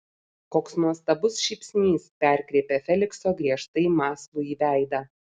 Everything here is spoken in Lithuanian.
koks nuostabus šypsnys perkreipia felikso griežtai mąslųjį veidą